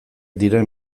diren